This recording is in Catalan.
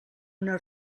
una